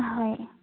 হয়